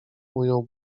ujął